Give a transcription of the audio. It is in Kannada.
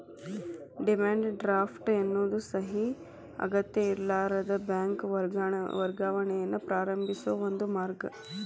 ಡಿಮ್ಯಾಂಡ್ ಡ್ರಾಫ್ಟ್ ಎನ್ನೋದು ಸಹಿ ಅಗತ್ಯಇರ್ಲಾರದ ಬ್ಯಾಂಕ್ ವರ್ಗಾವಣೆಯನ್ನ ಪ್ರಾರಂಭಿಸೋ ಒಂದ ಮಾರ್ಗ